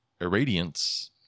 irradiance